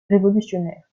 révolutionnaire